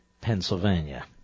Pennsylvania